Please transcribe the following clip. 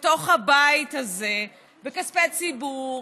בתוך הבית הזה בכספי ציבור,